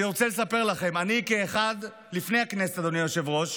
אני רוצה לספר לכם, לפני הכנסת, אדוני היושב-ראש,